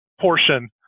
portion